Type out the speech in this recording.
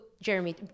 Jeremy